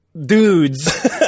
dudes